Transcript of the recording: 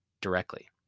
directly